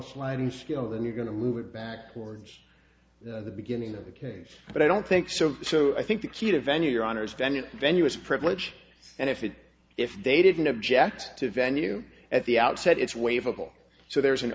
sliding scale and you're going to move it back towards the beginning of the case but i don't think so so i think the key to venue your honour's venue venue is privilege and if it if they didn't object to venue at the outset it's way vocal so there's an